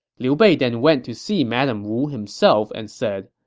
liu bei then went to see madame wu himself and said,